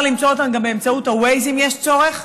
ואפשר למצוא אותן גם באמצעות ה-Waze, אם יש צורך.